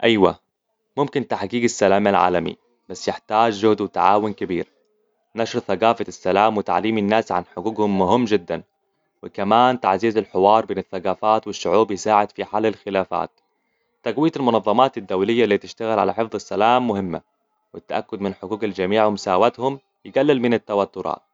أيوة، ممكن تحقيق السلام العالمي، بس يحتاج جهد وتعاون كبير. نشر ثقافة السلام وتعليم الناس عن حقوقهم مهم جداً. وكمان تعزيز الحوار بين الثقافات والشعوب يساعد في حل الخلافات. تقوية المنظمات الدولية اللي تشتغل على حفظ السلام مهمة. والتأكد من حقوق الجميع ومساواتهم يقلل من التوترات.